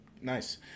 Nice